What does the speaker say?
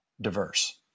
diverse